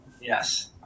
Yes